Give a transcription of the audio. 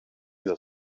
mida